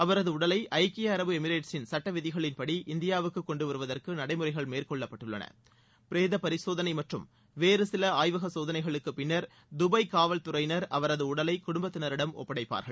அவரது உடலை ஐக்கிய அரபு எமிரேட்ஸின் சட்டவிதிகளின்ப இந்தியாவுக்கு கொண்டுவருவதற்கு நடைமுறைகள் மேற்கொள்ளப்பட்டுள்ளன பிரேதபரிசோதனை மற்றும் வேறுசில ஆய்வக சோதனைகளுக்குப் பின்னர் தபாய் காவல் துறையினர அவரது உடலை குடும்பத்தினரிடம் ஒப்படைப்பார்கள்